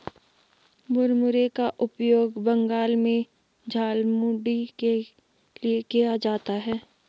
मुरमुरे का उपयोग बंगाल में झालमुड़ी के लिए किया जाता है